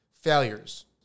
failures